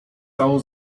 całą